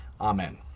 Amen